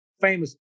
Famous